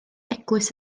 eglwys